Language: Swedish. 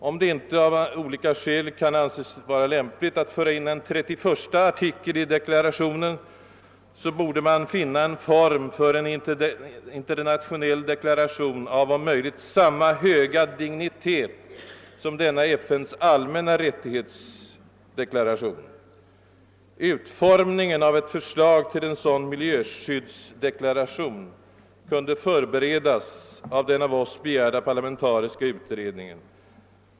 Om det inte av olika skäl kan anses vara lämpligt att föra in en 31:a artikel i deklarationen, borde man kunna finna en form för en internationell deklaration av om möjligt samma höga dignitet som denna FN:s allmänna rättighetsdeklaration. Utformningen av ett förslag till en sådan miljöskyddsdeklaration kunde förberedas av den av oss begärda parlamentariska utredningen.